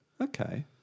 Okay